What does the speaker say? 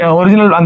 original